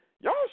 Y'all